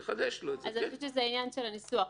אני חושבת שזה עניין של הניסוח.